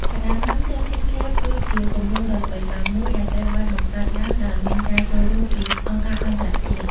Cardamom Tented Camp គឺជាគម្រោងដ៏ល្បីល្បាញមួយដែលត្រូវបានបង្កើតឡើងដោយមានការចូលរួមពីអង្គការអន្តរជាតិ។